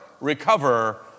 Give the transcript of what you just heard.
recover